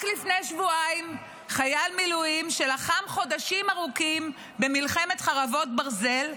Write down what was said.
רק לפני שבועיים חייל מילואים שלחם חודשים ארוכים במלחמת חרבות ברזל,